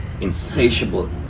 insatiable